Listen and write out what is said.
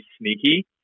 sneaky